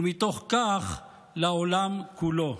ומתוך כך, לעולם כולו.